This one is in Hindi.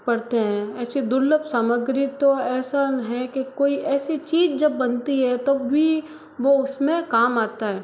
पड़ते हैं ऐसी दुर्लभ सामग्री तो ऐसा है कि कोई ऐसी चीज़ जब बनती है तभी वह उसमें काम आता है